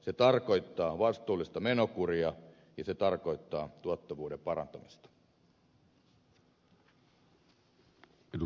se tarkoittaa vastuullista menokuria ja se tarkoittaa tuottavuuden parantamista